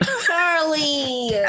Charlie